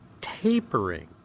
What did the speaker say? tapering